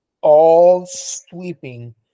all-sweeping